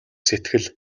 сэтгэл